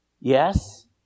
Yes